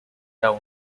town